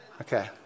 Okay